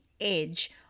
edge